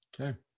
Okay